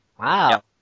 Wow